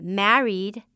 married